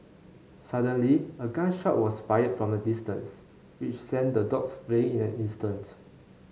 suddenly a gun shot was fired from a distance which sent the dogs fleeing in an instant